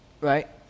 right